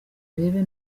urebe